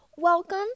Welcome